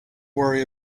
worry